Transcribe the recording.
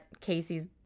Casey's